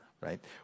right